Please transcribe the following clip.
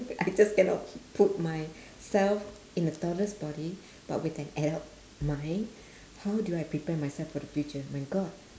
I just cannot put myself in a toddler's body but with an adult mind how do I prepare myself for the future my god